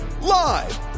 Live